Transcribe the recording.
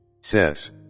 Says